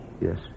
Yes